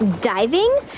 Diving